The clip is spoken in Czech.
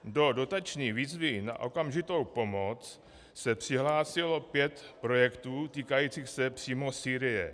Do dotační výzvy na okamžitou pomoc se přihlásilo pět projektů týkajících se přímo Sýrie.